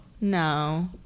No